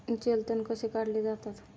जलतण कसे काढले जातात?